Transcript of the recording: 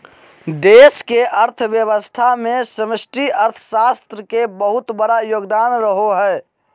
देश के अर्थव्यवस्था मे समष्टि अर्थशास्त्र के बहुत बड़ा योगदान रहो हय